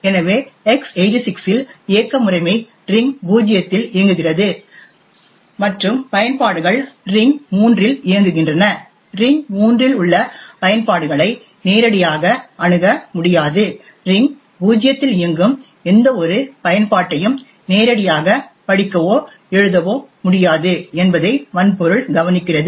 எனவே x86 இல் இயக்க முறைமை ரிங் பூஜ்ஜியத்தில் இயங்குகிறது மற்றும் பயன்பாடுகள் ரிங் மூன்றில் இயங்குகின்றன ரிங் மூன்றில் உள்ள பயன்பாடுகளை நேரடியாக அணுக முடியாது ரிங் பூஜ்ஜியத்தில் இயங்கும் எந்தவொரு பயன்பாட்டையும் நேரடியாக படிக்கவோ எழுதவோ முடியாது என்பதை வன்பொருள் கவனிக்கிறது